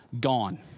gone